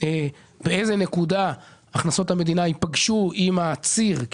באיזו נקודה הכנסות המדינה ייפגשו עם הציר,